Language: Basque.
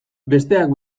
besteak